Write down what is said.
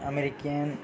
american